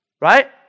right